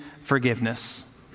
forgiveness